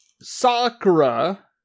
Sakura